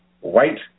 white